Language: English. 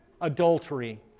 Adultery